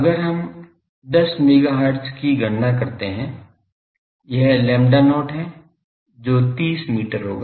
आइए हम 10 मेगाहर्ट्ज़ की गणना करते हैं यह lambda not है जो 30 मीटर होगा